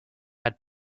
had